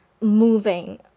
moving